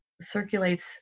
circulates